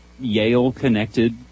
Yale-connected